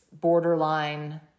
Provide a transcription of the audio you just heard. borderline